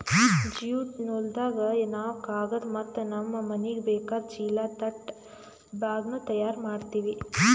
jute ನೂಲ್ದಾಗ್ ನಾವ್ ಕಾಗದ್ ಮತ್ತ್ ನಮ್ಮ್ ಮನಿಗ್ ಬೇಕಾದ್ ಚೀಲಾ ತಟ್ ಬ್ಯಾಗ್ನು ತಯಾರ್ ಮಾಡ್ತೀವಿ